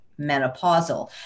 menopausal